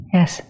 Yes